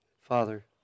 Father